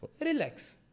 relax